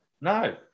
no